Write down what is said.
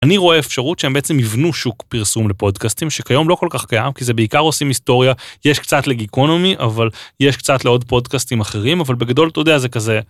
אני רואה אפשרות שהם בעצם יבנו שוק פרסום לפודקאסטים שכיום לא כל כך קיים כי זה בעיקר עושים היסטוריה, יש קצת לגיקונומי אבל יש קצת לעוד פודקאסטים אחרים אבל בגדול אתה יודע זה כזה.